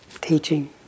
teaching